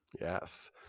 Yes